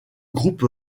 groupe